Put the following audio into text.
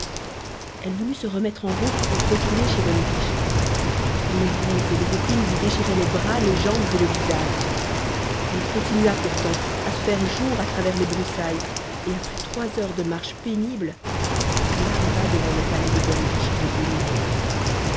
elle voulut se remettre en route pour retourner chez bonne biche les ronces et les épines lui déchiraient les bras les jambes et le visage elle continua pourtant à se faire jour à travers les broussailles et après trois heures de marche pénible elle arriva devant le palais de bonne biche et de